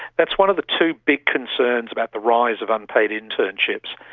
that's one of the two big concerns about the rise of unpaid internships,